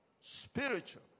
spiritual